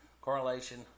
correlation